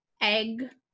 egg